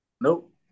Nope